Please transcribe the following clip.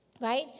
Right